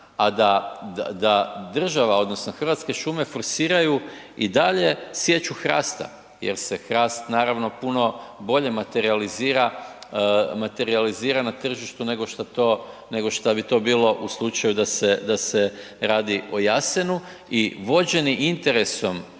a da država odnosno Hrvatske šume forsiraju i dalje sječu hrasta jer se hrast naravno puno bolje materijalizira na tržištu nego šta bi to bilo u slučaju da se radi o jasenu i vođeni interesom